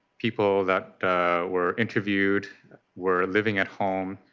people that were interviewed were living at home.